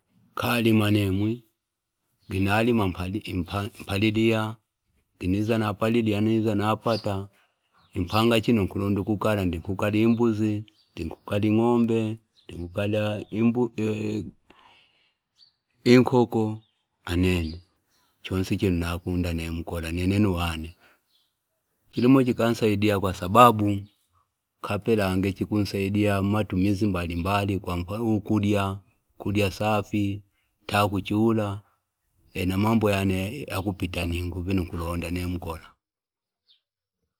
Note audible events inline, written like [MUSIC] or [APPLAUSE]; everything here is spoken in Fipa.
Inkalima nemwi ngi nalima impali lia ngi niza napalilia niza napata impanga chino nkulonda ukuikala ndi nkulala imbuzi, ndi nkukala ing'ombe, ndi nkula [HESITATION] inkoko anene chinsi chino nakunda ne mkola nene nu wane. Chilimo chikansaidia kwa sababu chikapela angechinku saidia amatumizi mbalimabali kwa mfano ukulya nkulya safi ntachula ee na mambo yane yakupita mingo vino nkulonda ne mkola.